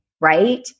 right